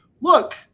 look